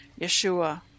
Yeshua